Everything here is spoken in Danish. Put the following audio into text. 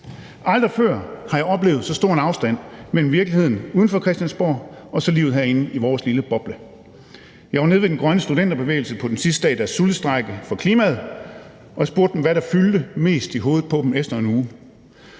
Aldrig før har jeg oplevet så stor en afstand mellem virkeligheden uden for Christiansborg og så livet herinde i vores lille boble. Jeg var nede ved den grønne studenterbevægelse på den sidste dag i deres sultestrejke for klimaet, og jeg spurgte dem, hvad der fyldte mest i hovedet på dem efter en uge,